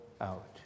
out